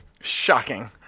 Shocking